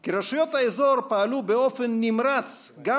כי רשויות האזור פעלו באופן נמרץ גם